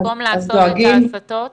במקום לעשות את ההסטות?